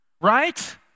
right